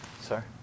sir